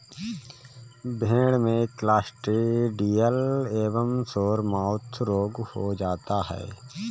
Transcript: भेड़ में क्लॉस्ट्रिडियल एवं सोरमाउथ रोग हो जाता है